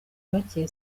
bake